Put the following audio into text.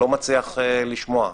לא מצליח לשמוע,